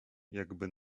jakby